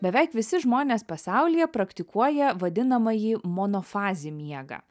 beveik visi žmonės pasaulyje praktikuoja vadinamąjį monofazį miegą